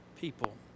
people